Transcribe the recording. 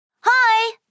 Hi